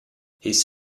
his